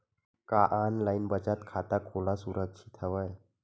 का ऑनलाइन बचत खाता खोला सुरक्षित हवय?